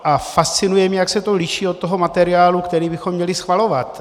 A fascinuje mě, jak se to liší od toho materiálu, který bychom měli schvalovat.